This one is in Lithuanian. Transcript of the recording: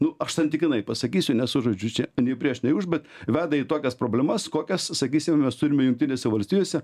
nu aš santykinai pasakysiu nesu žodžiu čia nei prieš nei už bet veda į tokias problemas kokias sakysime mes turime jungtinėse valstijose